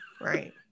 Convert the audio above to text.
right